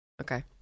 Okay